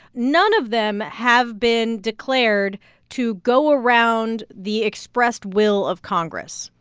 none of them have been declared to go around the expressed will of congress.